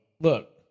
look